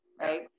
Right